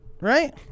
right